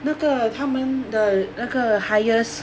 那个他们的那个 highest